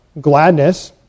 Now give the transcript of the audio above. gladness